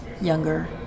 younger